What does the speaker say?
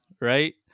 right